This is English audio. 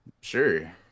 sure